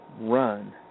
run